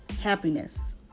Happiness